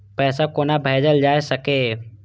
पैसा कोना भैजल जाय सके ये